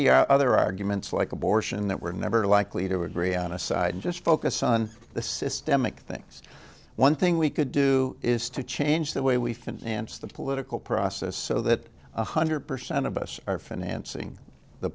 the other arguments like abortion that we're never likely to agree on aside and just focus on the systemic things one thing we could do is to change the way we finance the political process so that one hundred percent of us are financing the